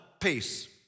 peace